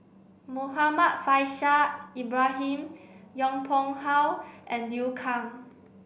Muhammad Faishal Ibrahim Yong Pung How and Liu Kang